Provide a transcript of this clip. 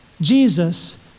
Jesus